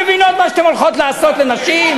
אתן מבינות מה אתן הולכות לעשות לנשים?